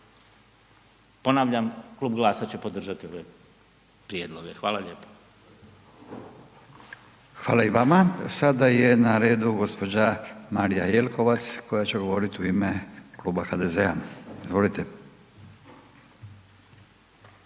Ponavljam Klub GLAS-a će podržati ove prijedloge. Hvala lijepo. **Radin, Furio (Nezavisni)** Hvala i vama. Sada je na redu gospođa Marija Jelkovac koja će govoriti u ima Kluba HDZ-a. Izvolite.